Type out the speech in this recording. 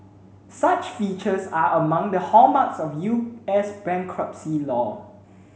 such features are among the hallmarks of U S bankruptcy law